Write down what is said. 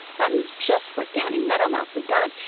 that is just what danny meadow mouse had done,